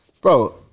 Bro